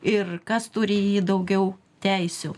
ir kas turi į jį daugiau teisių